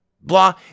blah